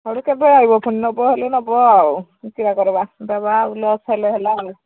ହଉ ତ କେବେ ଆଇବ ଫୁଣି ନବ ହେଲେ ନବ ଆଉ କିରା କରିବା ଦେବା ଆଉ ଲସ୍ ହେଲେ ହେଲା ଆଉ